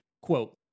quote